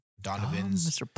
Donovan's